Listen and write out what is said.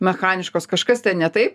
mechaniškos kažkas ten ne taip